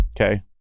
okay